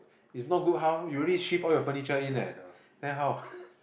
if not good how you already shift all your furniture in leh then how